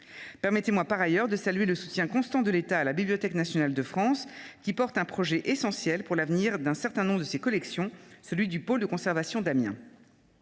souhaite par ailleurs saluer le soutien constant de l’État à la Bibliothèque nationale de France, qui porte un projet essentiel pour l’avenir d’un certain nombre de ses collections, celui du pôle de conservation d’Amiens.